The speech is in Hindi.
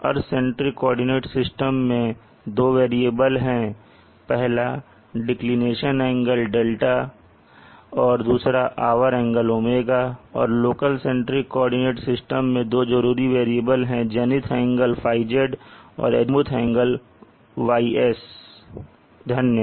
अर्थ सेंट्रिक कोऑर्डिनेट सिस्टम में दो वेरिएबल जरूरी हैं पहला डिक्लिनेशन δ और दूसरा आवर एंगल ω और लोकल सेंट्रिक कोऑर्डिनेट सिस्टम के दो जरूरी वेरिएबल हैं जेनिथ एंगल θz और एजीमूथ एंगल γS